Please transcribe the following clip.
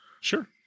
Sure